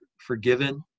forgiven